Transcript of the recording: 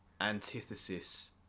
antithesis